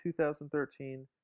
2013